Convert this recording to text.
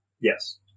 Yes